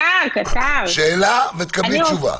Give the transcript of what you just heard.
שאלה ותקבלי תשובה.